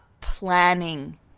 planning